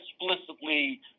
explicitly